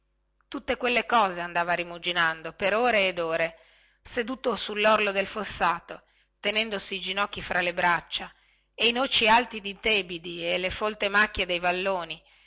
tutte quelle cose andava rimuginando per ore ed ore seduto sullorlo del fossato tenendosi i ginocchi fra le braccia e i noci alti di tebidi e le folte macchie dei valloni